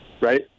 right